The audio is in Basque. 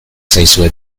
zaizue